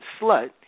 slut